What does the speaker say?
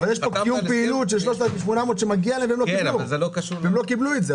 אבל יש פה קיום פעילות של 3,800 שמגיע להם והם לא קיבלו את זה,